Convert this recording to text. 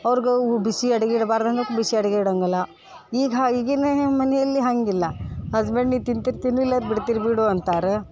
ಅವ್ರ್ಗೆ ಉ ಬಿಸಿ ಅಡ್ಗೆ ಇಡಬಾರ್ದಂಗ ಬಿಸಿ ಅಡ್ಗೆ ಇಡಂಗಿಲ್ಲ ಈಗ ಹಾಗೆ ಈಗಿನ ಮನೆಯಲ್ಲಿ ಹಾಗಿಲ್ಲ ಹಸ್ಬೆಂಡಿಗೆ ತಿನ್ತಿರ್ ತಿನ್ಲಿಲ್ಲರ ಬಿಡ್ತಿರ್ ಬಿಡು ಅಂತಾರೆ